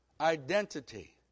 identity